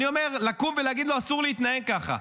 אני אומר לקום ולהגיד לו: אסור להתנהג ככה.